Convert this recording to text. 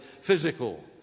physical